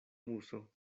muso